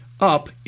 up